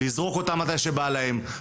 לזרוק אותם מתי שבא להם,